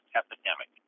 epidemic